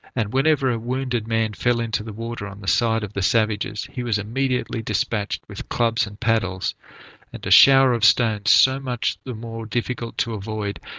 and whenever a wounded man fell into the water on the side of the savages, he was immediately despatched with clubs and paddles' and, a shower of stones, so much the more difficult to avoid,